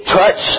touch